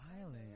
Island